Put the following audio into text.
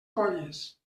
colles